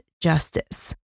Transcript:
justice